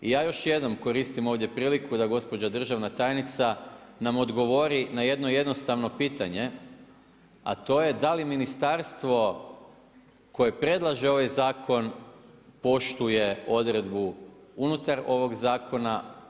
I ja još jednom koristim ovdje priliku da gospođa državna tajnica nam odgovori na jedno jednostavno pitanje a to je da li ministarstvo koje predlaže ovaj zakon poštuje odredbu unutar ovog zakona.